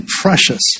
precious